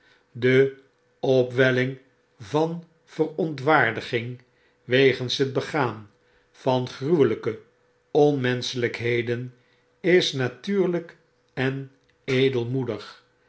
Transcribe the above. de opwelling van verontwaardiging wegens het begaan van gruwelijke onmenschelykheden is natuurlyk en edelmoedig